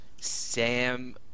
Sam –